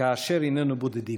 כאשר היננו בודדים",